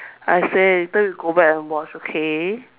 I say later we go back and watch okay